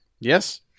Yes